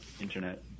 internet